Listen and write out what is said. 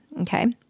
okay